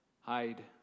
hide